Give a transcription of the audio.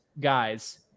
guys